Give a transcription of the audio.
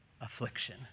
affliction